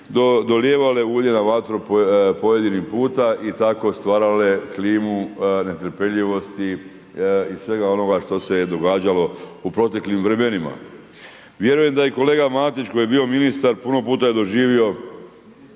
dolijevale ulje na vatru pojedini puta i tako stvarale klimu netrpeljivosti i svega onoga što se događalo u proteklim vremenima. Vjerujem da i kolega Matić koji je bio ministar puno puta je doživio